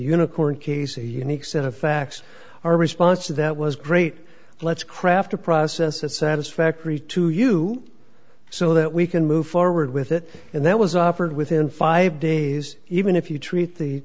unicorn case a unique set of facts our response to that was great let's craft a process that satisfactory to you so that we can move forward with it and that was offered within five days even if you treat the